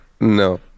No